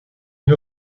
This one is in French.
une